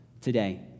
today